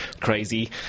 crazy